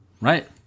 Right